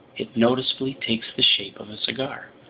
it noticeably takes the shape of a cigar,